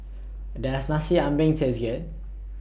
Does Nasi Ambeng Taste Good